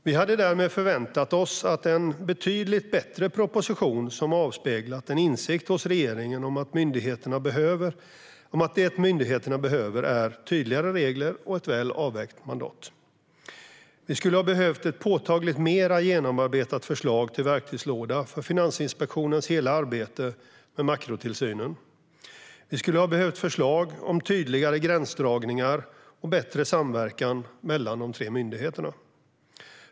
Vi hade därmed förväntat oss en betydligt bättre proposition som avspeglar en insikt hos regeringen om att det myndigheterna behöver är tydligare regler och ett väl avvägt mandat. Vi skulle ha behövt ett påtagligt mer genomarbetat förslag till verktygslåda för Finansinspektionens hela arbete med makrotillsynen. Vi skulle ha behövt förslag om tydligare gränsdragningar och bättre samverkan mellan de tre myndigheterna.